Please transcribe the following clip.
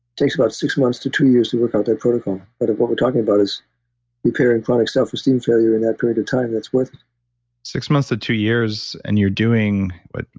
takes about six months to two years to work out that protocol. but if what we're talking about is repairing chronic self-esteem failure in that period time, that's worth it six months to two years, and you're doing, what,